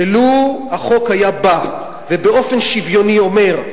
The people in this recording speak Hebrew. שלו החוק היה בא ובאופן שוויוני אומר: